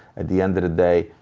at the end of the day,